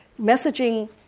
messaging